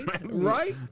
Right